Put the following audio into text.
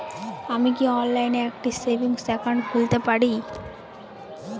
আমি কি অনলাইন একটি সেভিংস একাউন্ট খুলতে পারি?